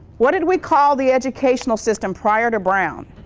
what did we call the educational system prior to brown?